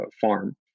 farm